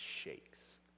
shakes